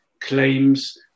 claims